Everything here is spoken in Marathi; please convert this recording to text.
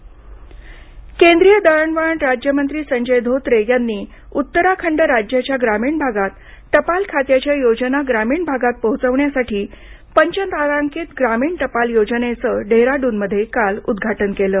टुपाल योजना केंद्रीय दळणवळण राज्यमंत्री संजय धोत्रे यांनी उत्तराखंड राज्याच्या ग्रामीण भागात टपाल खात्याच्या योजना ग्रामीण भागात पोहोचवण्यासाठी पंचतारांकित ग्रामीण टपाल योजनेचं डेहराडूनमध्ये काल उद्घाटन केलं